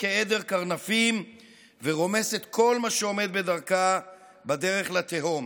כעדר קרנפים ורומסת כל מה שעומד בדרכה בדרך לתהום.